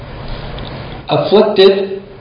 afflicted